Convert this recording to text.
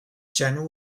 general